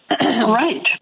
Right